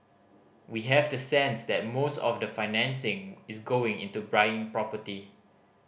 we have the sense that most of the financing is going into buying property